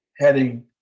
heading